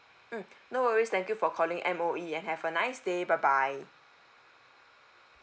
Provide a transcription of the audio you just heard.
mm no worries thank you for calling M_O_E and have a nice day bye bye